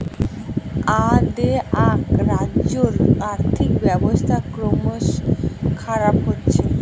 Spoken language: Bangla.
অ্দেআক রাজ্যের আর্থিক ব্যবস্থা ক্রমস খারাপ হচ্ছে